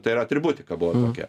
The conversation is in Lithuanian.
tai yra atributika buvo tokia